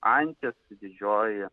antis didžioji